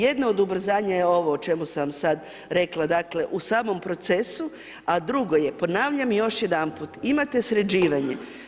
Jedno od ubrzanja je ovo o čemu sam sad rekla, dakle u samom procesu a drugo je ponavljam još jedanput, imate sređivanje.